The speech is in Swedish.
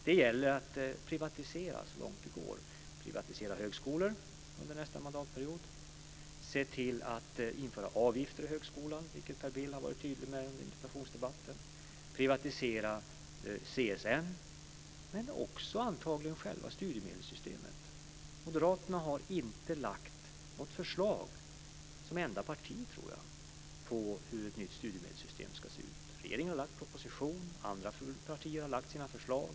Det gäller att privatisera så långt det går - att under nästa mandatperiod privatisera högskolor, att se till att avgifter införs i högskolan, vilket Per Bill varit tydlig med i interpellationsdebatten, och att privatisera CSN och antagligen också själva studiemedelssystemet. Moderaterna är väl det enda partiet som inte har lagt fram något förslag om hur ett nytt studiemedelssystem ska se ut. Regeringen har lagt fram en proposition, och andra partier har lagt fram sina förslag.